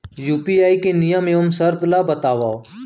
UPI के नियम एवं शर्त ला बतावव